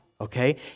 okay